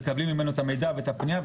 מקבלים ממנו את המידע והפנייה,